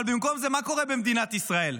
אבל במקום זה, מה קורה במדינת ישראל?